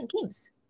games